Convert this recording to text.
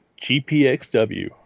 GPXW